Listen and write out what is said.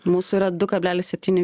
mūsų yra du kablelis septyni